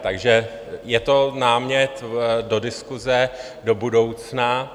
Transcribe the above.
Takže je to námět do diskuse do budoucna.